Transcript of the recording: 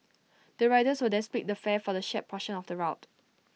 the riders will then split the fare for the shared portion of the route